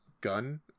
gun